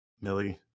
Millie